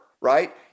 right